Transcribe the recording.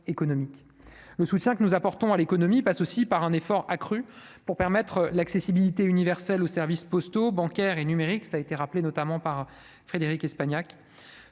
le soutien que nous apportons à l'économie passe aussi par un effort accru pour permettre l'accessibilité universelle aux services postaux bancaires et numérique ça été rappelé notamment par Frédérique Espagnac